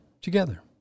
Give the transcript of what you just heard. together